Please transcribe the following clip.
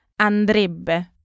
andrebbe